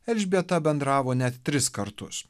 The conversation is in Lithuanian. elžbieta bendravo net tris kartus